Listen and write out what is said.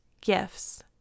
gifts